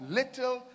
little